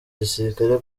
gisirikare